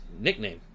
nickname